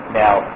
now